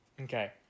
Okay